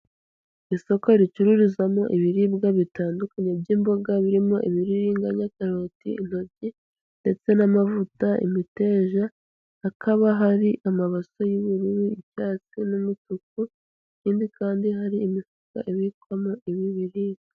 Isoko ricururizamo ibiribwa bitandukanye by'imboga, birimo ibiriringa, karoti, intoryi, ndetse n'amavuta, imiteja, hakaba hari amabase y'ubururu, icyatsi n'umutuku, ikindi kandi hari imifuka ibikwamo ibi biribwa.